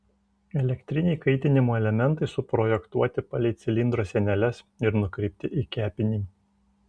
elektriniai kaitinimo elementai suprojektuoti palei cilindro sieneles ir nukreipti į kepinį